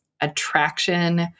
attraction